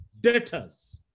debtors